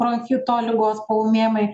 bronchito ligos paūmėjimai